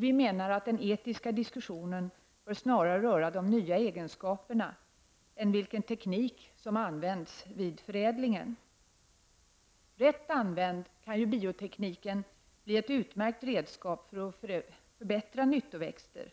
Vi menar att den etiska diskussionen snarare bör röra de nya egenskaperna i stället för vilken teknik som används vid förädlingen. Rätt använd kan biotekniken bli ett utmärkt redskap för att förbättra nyttoväxter.